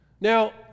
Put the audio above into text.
Now